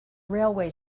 railway